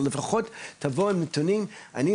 אבל לפחות תבואו עם נתונים ואני,